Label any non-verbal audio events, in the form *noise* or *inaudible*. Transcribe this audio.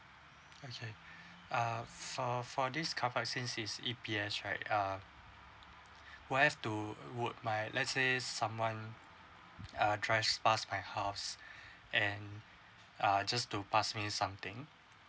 okay *breath* uh for for this car park since is E_P_S right err *breath* where's to would my let's say someone uh try pass my house *breath* and uh just to pass me somethings